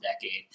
decade